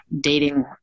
dating